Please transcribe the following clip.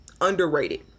underrated